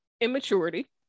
immaturity